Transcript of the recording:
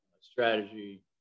strategy